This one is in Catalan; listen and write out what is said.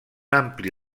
ampli